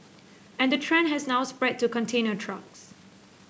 and the trend has now spread to container trucks